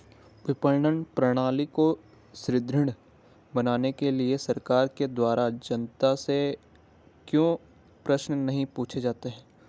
विपणन प्रणाली को सुदृढ़ बनाने के लिए सरकार के द्वारा जनता से क्यों प्रश्न नहीं पूछे जाते हैं?